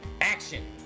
action